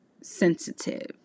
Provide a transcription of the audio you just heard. sensitive